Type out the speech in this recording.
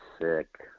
sick